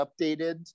updated